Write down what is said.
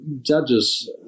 Judges